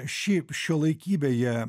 šiaip šiuolaikybėje